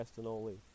Castanoli